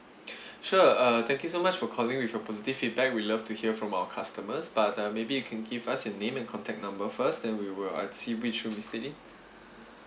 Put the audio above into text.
sure uh thank you so much for calling with your positive feedback we love to hear from our customers but uh maybe you can give us your name and contact number first then we will uh see see which true mister lee